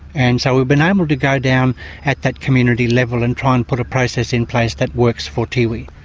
and so we've been um able to go down at that community level and try and put a process in place that works for tiwi.